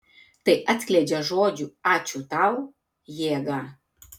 tai atskleidžia žodžių ačiū tau jėgą